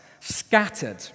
scattered